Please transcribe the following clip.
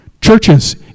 Churches